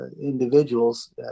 individuals